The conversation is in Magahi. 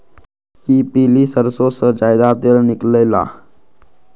कि पीली सरसों से ज्यादा तेल निकले ला?